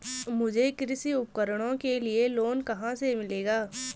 मुझे कृषि उपकरणों के लिए लोन कहाँ से मिलेगा?